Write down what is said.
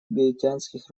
гаитянских